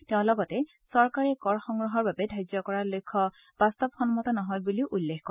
তেওঁ লগতে চৰকাৰে কৰ সংগ্ৰহৰ বাবে ধাৰ্য্য কৰা লক্ষ্য বাস্তৱসন্মত নহয় বুলিও উল্লেখ কৰে